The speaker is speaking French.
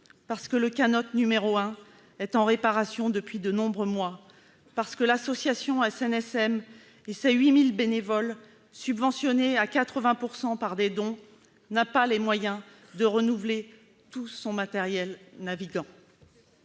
canot n° 1, pour sa part, est en réparation depuis de nombreux mois, parce que l'association SNSM, composée de 8 000 bénévoles, subventionnée à 80 % par des dons, n'a pas les moyens de renouveler tout son matériel navigant.